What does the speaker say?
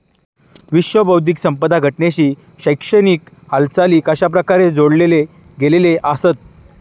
विश्व बौद्धिक संपदा संघटनेशी शैक्षणिक हालचाली कशाप्रकारे जोडले गेलेले आसत?